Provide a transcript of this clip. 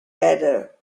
better